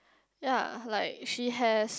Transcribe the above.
ya like she has